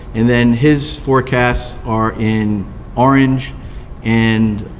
and then his forecasts are in orange and